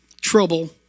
trouble